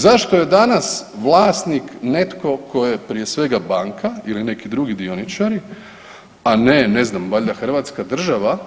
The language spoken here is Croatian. Zašto je danas vlasnik netko tko je prije svega banka ili neki drugi dioničari, a ne ne znam valjda Hrvatska država.